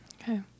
Okay